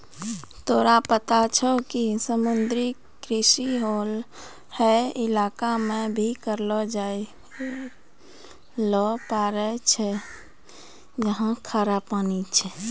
तोरा पता छौं कि समुद्री कृषि हौ इलाका मॅ भी करलो जाय ल पारै छौ जहाँ खारा पानी छै